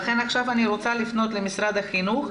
לכן עכשיו אני רוצה לפנות למשרד החינוך.